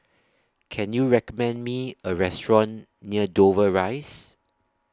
Can YOU recommend Me A Restaurant near Dover Rise